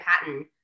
pattern